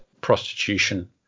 prostitution